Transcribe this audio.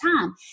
time